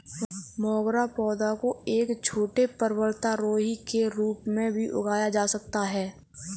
मोगरा पौधा को एक छोटे पर्वतारोही के रूप में भी उगाया जा सकता है